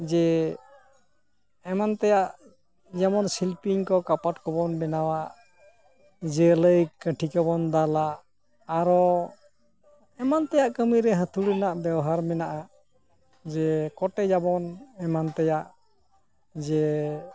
ᱡᱮ ᱮᱢᱟᱱ ᱛᱮᱭᱟᱜ ᱡᱮᱢᱚᱱ ᱥᱤᱞᱯᱤᱧ ᱠᱚ ᱠᱟᱯᱟᱴ ᱠᱚᱵᱚᱱ ᱵᱮᱱᱟᱣᱟ ᱡᱟᱹᱞᱟᱹᱭ ᱠᱟᱹᱴᱷᱤ ᱠᱚᱵᱚᱱ ᱫᱟᱞᱟ ᱟᱨᱚ ᱮᱢᱟᱱ ᱛᱮᱭᱟᱜ ᱠᱟᱹᱢᱤᱨᱮ ᱦᱟᱹᱛᱷᱩᱲᱤ ᱨᱮᱱᱟᱜ ᱵᱮᱣᱦᱟᱨ ᱢᱮᱱᱟᱜᱼᱟ ᱡᱮ ᱠᱚᱴᱮᱡᱟᱵᱚᱱ ᱮᱢᱟᱱ ᱛᱮᱭᱟᱜ ᱡᱮ